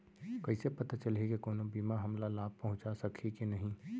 कइसे पता चलही के कोनो बीमा हमला लाभ पहूँचा सकही के नही